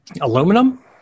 aluminum